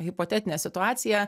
hipotetinė situacija